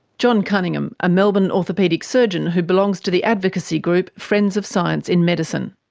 john cunningham, a melbourne orthopaedic surgeon who belongs to the advocacy group friends of science in medicine.